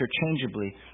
interchangeably